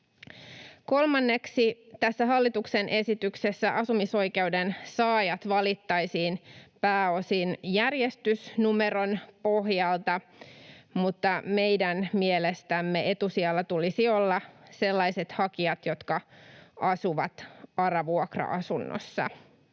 Kolmanneksi tässä hallituksen esityksessä asumisoikeuden saajat valittaisiin pääosin järjestysnumeron pohjalta, mutta meidän mielestämme etusijalla tulisi olla sellaisten hakijoiden, jotka asuvat ARA-vuokra-asunnossa.